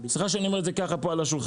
סליחה שאני אומר את זה ככה פה על השולחן.